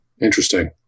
interesting